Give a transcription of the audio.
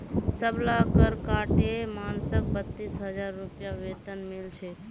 सबला कर काटे मानसक बत्तीस हजार रूपए वेतन मिल छेक